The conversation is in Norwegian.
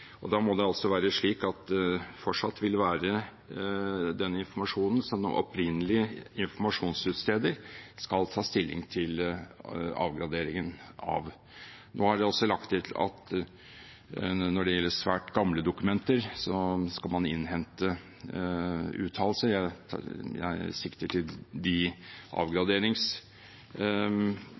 innledningsvis. Da må det altså være slik at det fortsatt vil være den informasjonen som den opprinnelige informasjonsutsteder skal ta stilling til avgraderingen av. Nå er det lagt til at når det gjelder svært gamle dokumenter, skal man innhente uttalelse. Jeg sikter til de